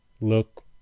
look